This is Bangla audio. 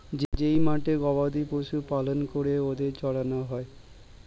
যেই মাঠে গবাদি পশু পালন করে ওদের চড়ানো হয়